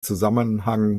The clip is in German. zusammenhang